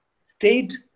state